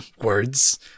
words